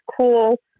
cool